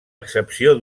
excepció